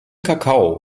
kakao